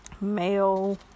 Mail